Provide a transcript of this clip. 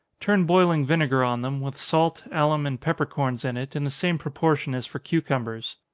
turn boiling vinegar on them, with salt, alum, and peppercorns in it, in the same proportion as for cucumbers.